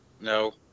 No